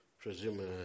Presume